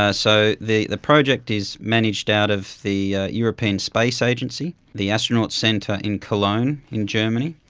ah so the the project is managed out of the european space agency, the astronaut centre in cologne in germany,